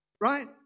right